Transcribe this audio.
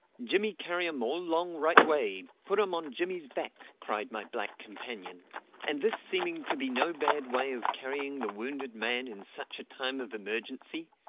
jimmy carry um all long right way put um on jimmy's back! cried my black companion and this seeming to be no bad way of carrying the wounded man in such a time of emergency,